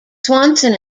swanson